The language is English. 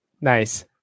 nice